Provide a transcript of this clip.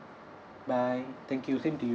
bye thank you same to you